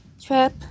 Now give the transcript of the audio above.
Trap